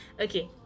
Okay